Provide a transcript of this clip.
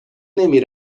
نمی